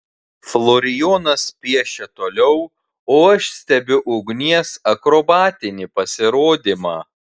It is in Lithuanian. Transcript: florijonas piešia toliau o aš stebiu ugnies akrobatinį pasirodymą